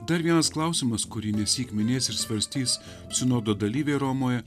dar vienas klausimas kurį nesyk minės ir svarstys sinodo dalyviai romoje